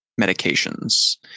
medications